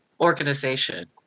organization